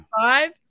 Five